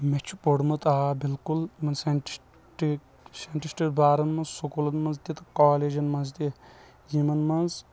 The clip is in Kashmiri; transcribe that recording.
مےٚ چھُ پوٚرمُت آ بالکل یِمن ساینٹِسٹ ساینٹِسٹن بارن منٛز سکوٗلن منٛز تہِ کالیجن منٛز تہِ یِمن منٛز